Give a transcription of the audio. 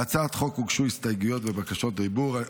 להצעת החוק הוגשו הסתייגויות ובקשות רשות דיבור.